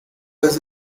does